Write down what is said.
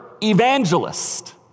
evangelist